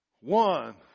One